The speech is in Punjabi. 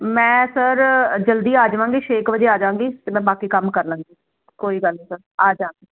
ਮੈਂ ਸਰ ਜਲਦੀ ਆ ਜਾਵਾਂਗੀ ਛੇ ਕ ਵਜੇ ਆ ਜਾਵਾਂਗੀ ਤੇ ਮੈਂ ਬਾਕੀ ਕੰਮ ਕਰ ਲਾਗੀ ਕੋਈ ਗੱਲ ਨੀ ਸਰ ਆਜਾਗੀ